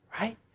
Right